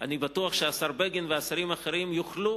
ואני בטוח שהשר בגין והשרים האחרים יוכלו